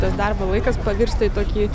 tas darbo laikas pavirsta į tokį